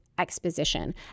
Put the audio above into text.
Exposition